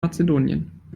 mazedonien